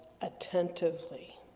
attentively